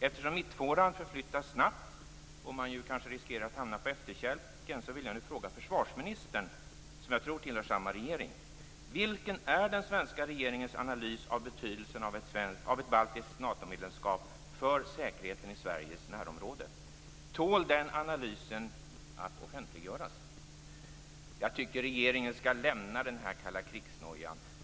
Eftersom mittfåran förflyttas snabbt, och man kanske riskerar att hamna på efterkälken, vill jag nu fråga försvarsministern, som jag tror tillhör samma regering: Vilken är den svenska regeringens analys av betydelsen av ett baltiskt Natomedlemskap för säkerheten i Sveriges närområde? Tål den analysen att offentliggöras? Jag tycker att regeringen skall lämna den här kalla-krigsnojan.